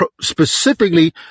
specifically